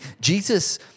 Jesus